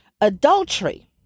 Adultery